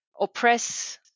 oppress